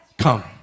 come